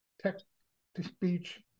text-to-speech